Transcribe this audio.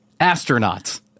Astronauts